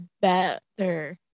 better